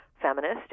feminist